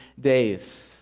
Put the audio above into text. days